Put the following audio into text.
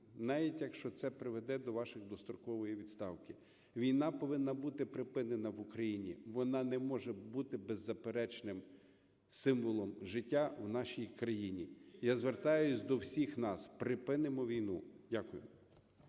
навіть якщо це призведе до вашої дострокової відставки. Війна повинна бути припинена в Україні, вона не може бути беззаперечним символом життя в нашій крані. Я звертаюся до всіх нас: припинимо війну! Дякую.